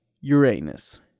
Uranus